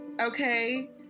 okay